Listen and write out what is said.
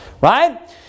right